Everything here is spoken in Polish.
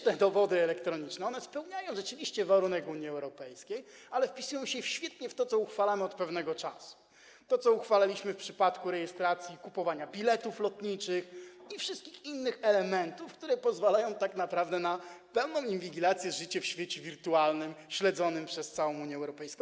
Te dowody elektroniczne również spełniają rzeczywiście warunek Unii Europejskiej, ale wpisują się świetnie w to, co uchwalamy od pewnego czasu, w to, co uchwalaliśmy w przypadku rejestracji i kupowania biletów lotniczych i wszystkich innych elementów, które pozwalają tak naprawdę na pełną inwigilację życia w świecie wirtualnym śledzonym przez całą Unię Europejską.